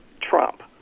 Trump